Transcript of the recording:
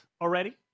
already